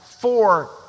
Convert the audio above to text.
four